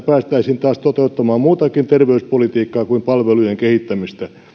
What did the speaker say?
päästäisiin taas toteuttamaan muutakin terveyspolitiikkaa kuin palvelujen kehittämistä